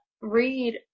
read